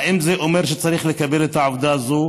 האם זה אומר שצריך לקבל את העובדה הזאת